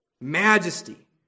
majesty